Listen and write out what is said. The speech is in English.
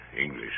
English